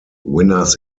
winners